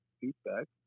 feedback